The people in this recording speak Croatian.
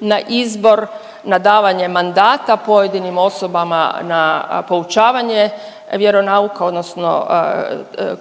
na izbor na davanje mandata pojedinim osobama na poučavanje vjeronauka, odnosno